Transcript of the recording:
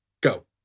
go